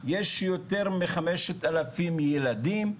יש יותר מ- 5,000 ילדים,